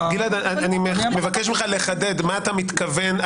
גלעד, אני מבקש ממך לחדד מה אתה מתכוון?